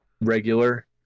regular